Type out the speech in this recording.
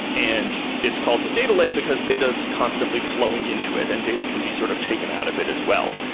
and it's called the data lake because data is constantly flowing into it and data can be sort of taken out of it as well.